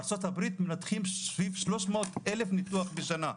ארצות הברית מנחים סביב 300,000 ניתוחים בשנה,